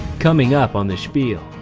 coming up on the spiel.